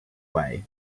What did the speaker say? way